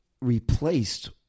replaced